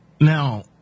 Now